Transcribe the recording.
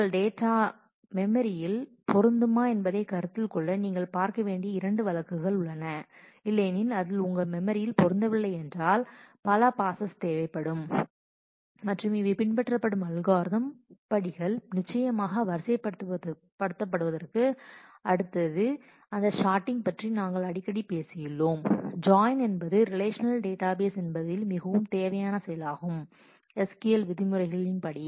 உங்கள் டேட்டா மெமரியில் பொருந்துமா என்பதை கருத்தில் கொள்ள நீங்கள் பார்க்க வேண்டிய இரண்டு வழக்குகள் உள்ளன இல்லையெனில் அது உங்கள் மெமரியில் பொருந்தவில்லை என்றால் பல பாஸ்ஸஸ் தேவைப்படும் மற்றும் இவை பின்பற்றப்படும் அல்கோரித படிகள் நிச்சயமாக வரிசைப்படுத்துவதற்கு அடுத்தது அந்த சாட்டிங் பற்றி நாங்கள் அடிக்கடி பேசியுள்ளோம் ஜாயின் என்பது ரிலேஷநல் டேட்டாபேஸ் என்பதில் மிகவும் தேவையான செயலாகும் SQL விதிமுறைகள் படி